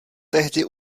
tehdy